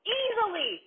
easily